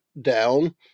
down